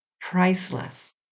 priceless